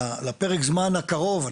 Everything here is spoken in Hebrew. בזמן הקרוב,